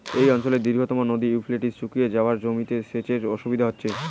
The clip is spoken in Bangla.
এই অঞ্চলের দীর্ঘতম নদী ইউফ্রেটিস শুকিয়ে যাওয়ায় জমিতে সেচের অসুবিধে হচ্ছে